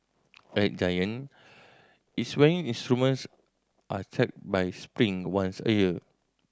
at Giant its weighing instruments are checked by Spring once a year